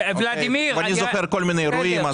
ואני זוכר כל מיני אירועים.